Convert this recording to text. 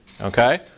Okay